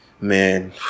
man